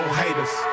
haters